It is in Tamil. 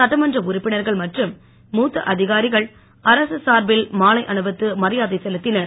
சட்டமன்ற உறுப்பினர்கள் மற்றும் மூத்த அதிகாரிகள் அரசு சார்பில் மாலை அணிவித்து மரியாதை செலுத்தினர்